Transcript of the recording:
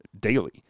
daily